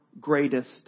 greatest